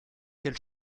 quel